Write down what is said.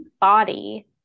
body